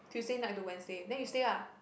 Tuesday night to Wednesday then you stay <[ah]